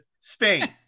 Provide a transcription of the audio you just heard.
Spain